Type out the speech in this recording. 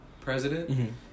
president